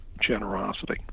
generosity